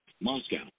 Moscow